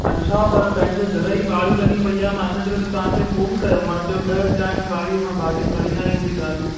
अच्छा पर पंहिंजे घर जी वाड़ी लॻी पई आहे मां इन करे त तव्हां खे फ़ोन कयो मां चयो ॾह थिया आहिनि वाड़ीअ मां भाॼियूं खणी आई हूंदी दादी